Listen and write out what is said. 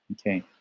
Okay